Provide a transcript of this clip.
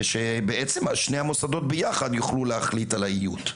ושבעצם שני המוסדות ביחד יוכלו להחליט על האיות.